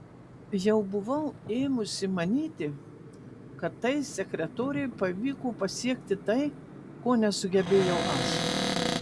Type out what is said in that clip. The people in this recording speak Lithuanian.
jau buvau ėmusi manyti kad tai sekretorei pavyko pasiekti tai ko nesugebėjau aš